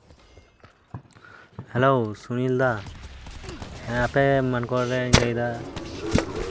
hello Sunil ᱫᱟ ᱟᱯᱮ ᱢᱟᱱᱠᱚᱲ ᱨᱤᱧ ᱞᱟᱹᱭᱫᱟ